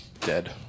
dead